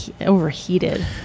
overheated